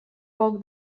poc